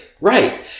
Right